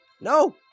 no